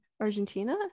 argentina